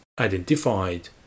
identified